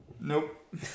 Nope